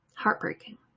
Heartbreaking